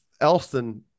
Elston